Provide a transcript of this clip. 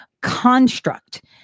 construct